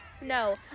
No